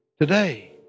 Today